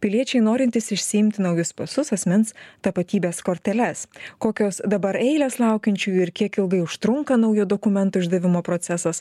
piliečiai norintys išsiimti naujus pasus asmens tapatybės korteles kokios dabar eilės laukiančiųjų ir kiek ilgai užtrunka naujo dokumento išdavimo procesas